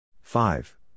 Five